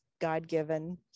God-given